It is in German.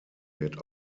wird